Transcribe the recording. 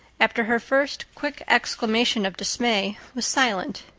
after her first quick exclamation of dismay, was silent.